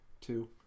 two